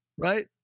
Right